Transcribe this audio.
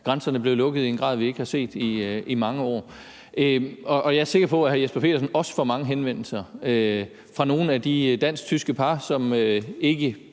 grænserne blev lukket i en grad, vi ikke har set i mange år. Og jeg er sikker på, at hr. Jesper Petersen også får mange henvendelser fra nogle af de dansk-tyske par, som ikke